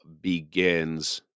begins